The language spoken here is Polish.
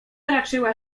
raczyła